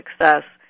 success